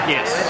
Yes